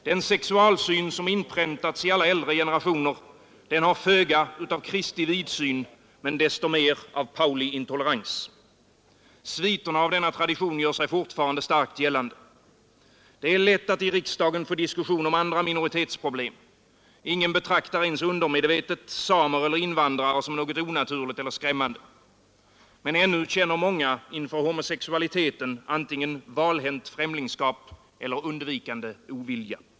Den sexualsyn som inpräntats i alla äldre generationer har föga av Kristi vidsyn men desto mer av Pauli intolerans. Sviterna av denna tradition gör sig fortfarande starkt gällande. Det är lätt att i riksdagen få diskussion om andra minoritetsproblem. Ingen betraktar ens undermedvetet samer eller invandrare som något onaturligt eller skrämmande. Men ännu känner många inför homosexualiteten antingen valhänt främlingskap eller undvikande ovilja.